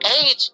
age